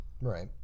Right